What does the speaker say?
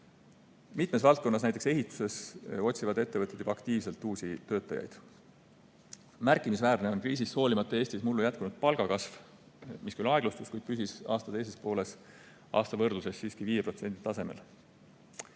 Mitmes valdkonnas, näiteks ehituses, otsivad ettevõtted juba aktiivselt uusi töötajaid. Märkimisväärne on kriisist hoolimata Eestis mullu jätkunud palgakasv, mis küll aeglustus, kuid püsis aasta teises pooles aasta võrdluses siiski 5% tasemel.